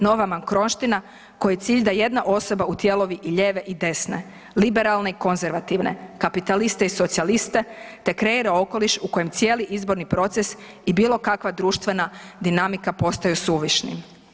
Nova mankroština kojoj je cilj da jedna osoba utjelovi i ljeve i desne, liberalne i konzervativne, kapitaliste i socijaliste, te kreira okoliš u kojem cijeli izborni proces i bilo kakva društvena dinamika postaju suvišnim.